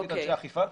נביא את אנשי האכיפה,